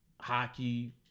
hockey